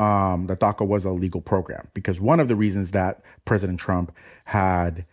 um that daca was a legal program. because one of the reasons that president trump had